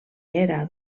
era